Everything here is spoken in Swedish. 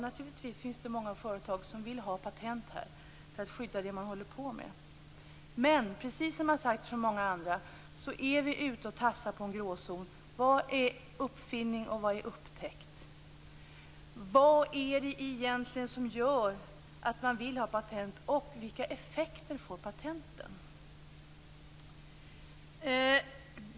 Naturligtvis finns det många företag som vill ha patent för att skydda det man håller på med. Precis som har sagts från många andra är vi ute och tassar på en gråzon: Vad är uppfinning och vad är upptäckt? Vad är det egentligen som gör att man vill ha patent, och vilka effekter får patenten?